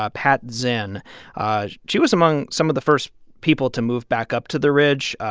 ah pat zinn she was among some of the first people to move back up to the ridge.